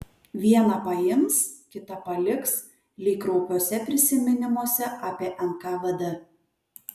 vieną paims kitą paliks lyg kraupiuose prisiminimuose apie nkvd